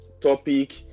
topic